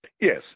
Yes